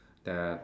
that I